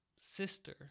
sister